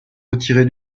retiré